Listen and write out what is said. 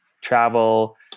travel